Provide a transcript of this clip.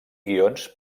guions